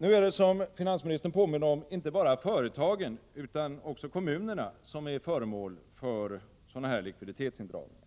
Nu är det, som finansministern påminde om, inte bara företagen utan också kommunerna som är föremål för sådana här likviditetsindragningar.